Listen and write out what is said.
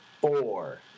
four